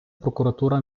прокуратура